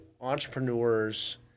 entrepreneurs